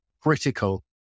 critical